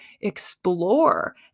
explore